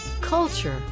culture